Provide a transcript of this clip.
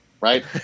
Right